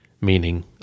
meaning